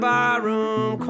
Barroom